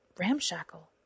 ramshackle